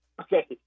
Okay